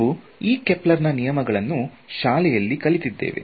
ನಾವು ಈ ಕೆಪ್ಲರ್ ನಾ ನಿಯಮಗಳನ್ನು ಶಾಲೆಯಲ್ಲಿ ಕಲಿತಿದ್ದೇವೆ